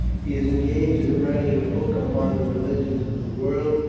he is engaged in writing a book upon the religions of the world,